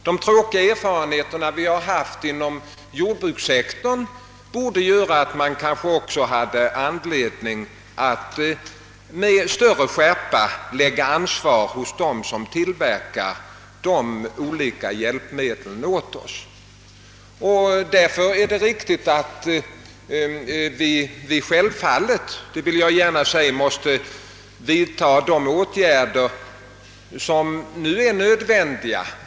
De tråkiga erfarenheter vi har haft inom jordbrukssektorn borde ge oss anledning att med större skärpa lägga ett ansvar på dem som tillverkar de olika hjälpmedlen åt oss. Därför måste vi självfallet vidta de åtgärder som nu är nödvändiga.